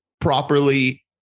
properly